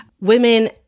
women